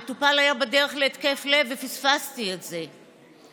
המטופל היה בדרך להתקף לב ופספסתי את זה.